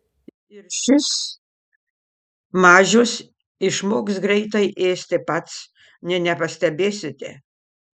ir šis mažius išmoks greitai ėsti pats nė nepastebėsite